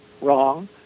wrong